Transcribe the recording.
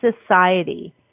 society